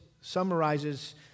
summarizes